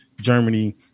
Germany